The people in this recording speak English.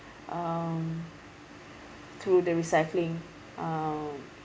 um through the recycling uh